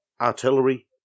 artillery